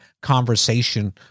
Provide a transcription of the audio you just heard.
conversation